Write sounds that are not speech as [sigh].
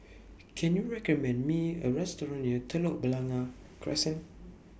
Can YOU recommend Me A Restaurant near [noise] Telok Blangah Crescent